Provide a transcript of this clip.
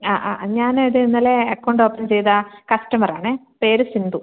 ആ ആ ഞാൻ അത് ഇന്നലെ അക്കൗണ്ട് ഓപ്പൺ ചെയ്ത കസ്റ്റമർ ആണ് പേര് സിന്ധു